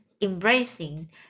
embracing